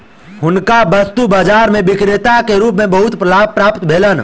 हुनका वस्तु बाजार में विक्रेता के रूप में बहुत लाभ प्राप्त भेलैन